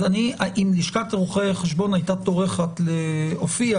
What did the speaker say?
אם לשכת רואי החשבון היתה טורחת להופיע